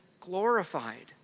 glorified